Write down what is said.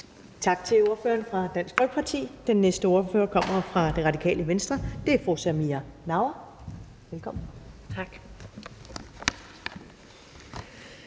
Tak til ordføreren fra Dansk Folkeparti. Den næste ordfører kommer fra Det Radikale Venstre, og det er fru Samira Nawa. Velkommen. Kl.